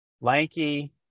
lanky